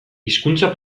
hizkuntza